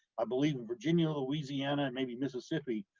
i believe in virginia, louisiana, and maybe mississippi,